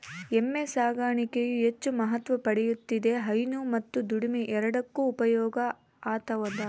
ಎಮ್ಮೆ ಸಾಕಾಣಿಕೆಯು ಹೆಚ್ಚು ಮಹತ್ವ ಪಡೆಯುತ್ತಿದೆ ಹೈನು ಮತ್ತು ದುಡಿಮೆ ಎರಡಕ್ಕೂ ಉಪಯೋಗ ಆತದವ